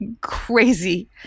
crazy